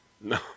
No